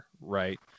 right